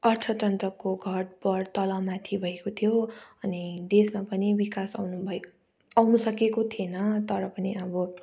अर्थतन्त्रको घट् बढ् तलमाथि भएको थियो अनि देशमा पनि विकास आएको आउन सकेको थिएन तर पनि अब